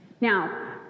Now